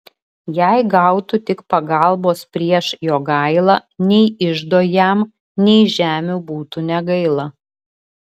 jei gautų tik pagalbos prieš jogailą nei iždo jam nei žemių būtų negaila